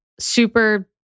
super